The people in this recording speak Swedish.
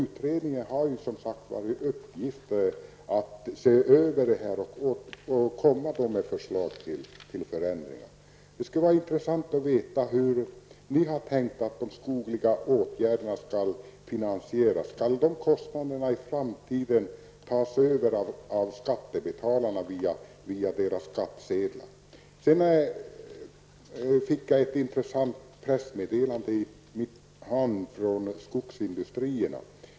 Utredningen har som sagt i uppgift att se över saken och lägga fram förslag till förändringar. Det vore intressant att få veta hur ni har tänkt att de skogliga åtgärderna skall finansieras. Skall kostnaderna i framtiden tas över av skattebetalarna via deras skattsedlar? Jag fick nyss ett intressant pressmeddelande i min hand från skogsindustrierna.